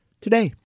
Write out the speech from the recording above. today